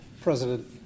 President